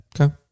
Okay